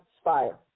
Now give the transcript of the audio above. SPIRE